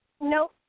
Nope